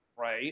right